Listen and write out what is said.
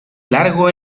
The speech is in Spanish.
largo